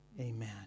Amen